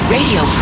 Radio